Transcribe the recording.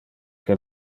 que